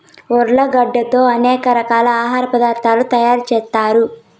ఉర్లగడ్డలతో అనేక రకాల ఆహార పదార్థాలు తయారు చేత్తారు